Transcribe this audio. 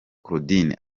claudine